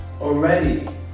already